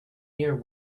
near